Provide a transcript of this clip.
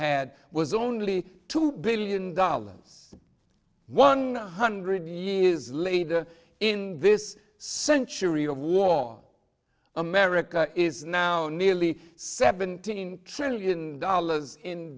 had was only two billion dollars one hundred years later in this century of war america is now nearly seventeen trillion dollars in